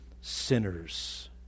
sinners